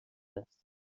است